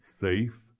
safe